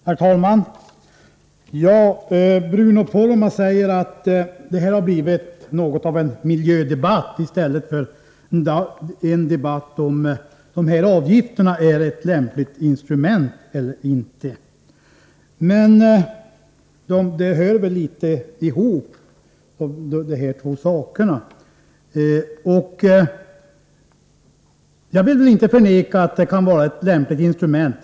Herr talman! Bruno Poromaa säger att det har blivit något av en miljödebatt i stället för en debatt om huruvida dessa avgifter är ett lämpligt instrument eller inte. Men dessa två saker hör väl litet ihop. Jag vill inte förneka att det kan vara ett lämpligt instrument.